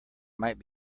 might